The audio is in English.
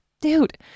dude